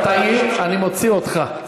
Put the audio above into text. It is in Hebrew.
אחרונה, אתה תעיר, אני מוציא אותך.